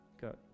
Good